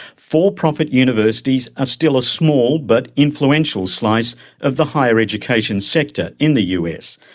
for-profit universities are still a small but influential slice of the higher education sector in the us,